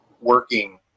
working